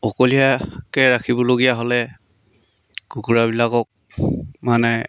অকলীয়াকৈ ৰাখিবলগীয়া হ'লে কুকুৰাবিলাকক মানে